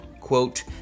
quote